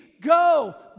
Go